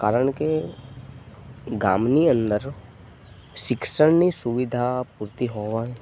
કારણ કે ગામની અંદર શિક્ષણની સુવિધા પૂરતી હોવાનું